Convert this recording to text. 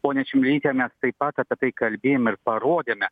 ponia čmilyte mes taip pat apie tai kalbėjome ir parodėme